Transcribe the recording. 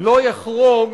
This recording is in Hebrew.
לא יחרוג